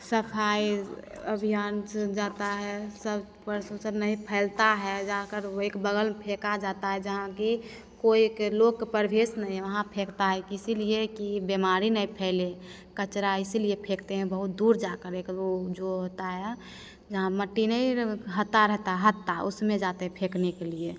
सफ़ाई अभियान जाता है सब प्रदूषण नहीं फैलता है जाकर वह एक बगल में फेंका जाता है जहाँ कि कोई लोक के प्रवेश नहीं वहाँ फेंकता है इसीलिए कि बीमारी नहीं फैले कचरा इसीलिए फेंकते हैं बहुत दूर जाकर एक जो होता है जहाँ मिट्टी नहीं हत्ता रहता है हत्ता उसमें जाते हैं फेंकने के लिए